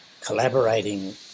collaborating